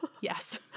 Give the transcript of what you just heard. Yes